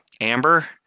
amber